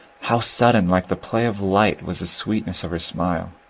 how sudden, like the play of light, was the sweetness of her smile!